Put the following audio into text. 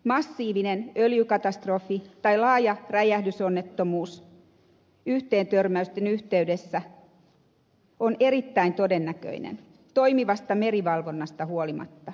massiivinen öljykatastrofi tai laaja räjähdysonnettomuus yhteentörmäysten yhteydessä on erittäin todennäköinen toimivasta merivalvonnasta huolimatta